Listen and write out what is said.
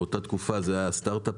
באותה תקופה זה היה סטארטאפים.